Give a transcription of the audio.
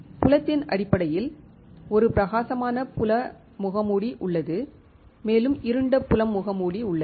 புலத்தின் அடிப்படையில் ஒரு பிரகாசமான புல முகமூடி உள்ளது மேலும் இருண்ட புலம் முகமூடி உள்ளது